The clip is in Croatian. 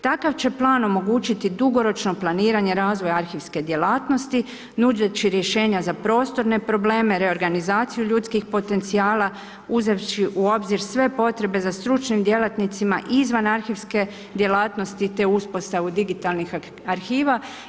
Takav će plan omogućiti dugoročno planiranje razvoja arhivske djelatnosti, nudit će rješenja za prostorne probleme, reorganizaciju ljudskih potencijala uzevši u obzir sve potrebe za stručnim djelatnicima izvan arhivske djelatnosti te uspostavu digitalnih arhiva.